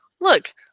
look